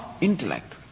intellect